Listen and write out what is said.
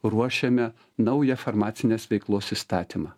ruošiame naują farmacinės veiklos įstatymą